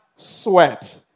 Sweat